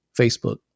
Facebook